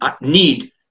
need